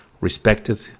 respected